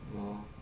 orh